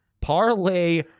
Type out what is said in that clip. parlay